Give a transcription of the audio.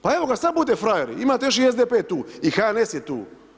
Pa evo, sada budite frajer imate još SDP tu i HNS je tu.